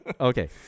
Okay